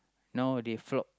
now they flop